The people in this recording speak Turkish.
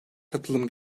katılım